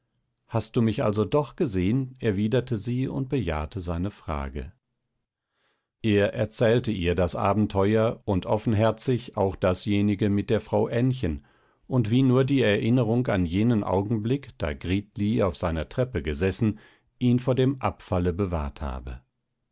hast du mich also doch gesehen erwiderte sie und bejahte seine frage er erzählte ihr das abenteuer und offenherzig auch dasjenige mit der frau ännchen und wie nur die erinnerung an jenen anblick da gritli auf seiner treppe gesessen ihn vor dem abfalle bewahrt habe